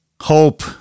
Hope